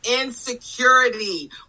insecurity